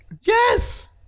yes